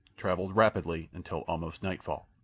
travelled rapidly until almost nightfall.